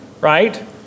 right